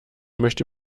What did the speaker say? möchte